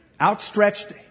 outstretched